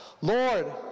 Lord